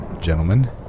gentlemen